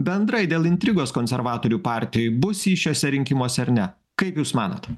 bendrai dėl intrigos konservatorių partijoj bus ji šiuose rinkimuose ar ne kaip jūs manot